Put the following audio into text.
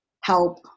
help